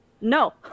No